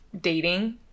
dating